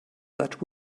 that